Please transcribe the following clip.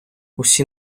всі